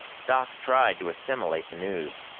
doc tried to assimilate the news.